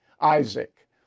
Isaac